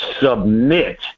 submit